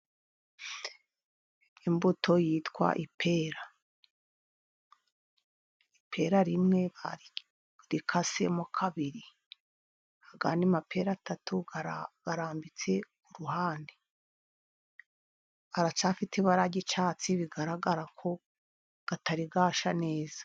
Imbuto yitwa ipera, ipera rimwe barikasemo kabiri, ayandi mapera atatu, arambitse ku ruhande, araracyafite ibara ry'icyatsi, bigaragara ko atariyashya neza.